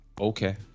Okay